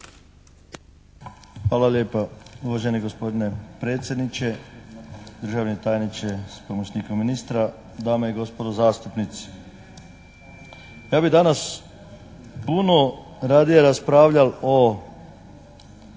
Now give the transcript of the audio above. Hvala lijepa. Uvaženi gospodine predsjedniče, državni tajniče s pomoćnikom ministra, dame i gospodo zastupnici. Ja bi danas puno radije raspravljal o